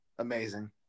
Amazing